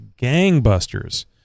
gangbusters